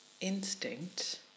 instinct